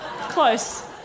Close